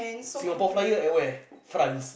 Singapore-Flyer at where France